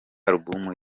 alubumu